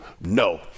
No